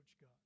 God